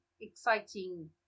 exciting